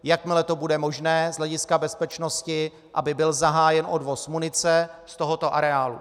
Jakmile to bude možné z hlediska bezpečnosti, aby byl zahájen odvoz munice z tohoto areálu.